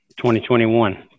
2021